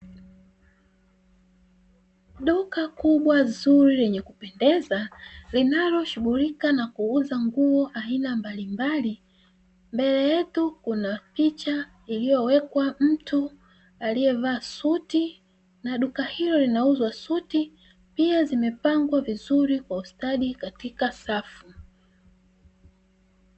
Duka kubwa zuri lenye kupendeza linaloshughulika na kuuza nguo aina mbalimbali, mbele yake kuna picha ya mtu aliyevaa suti na duka hilo linauza suti pia zimepangwa vizuri kwa ustadi katika safu.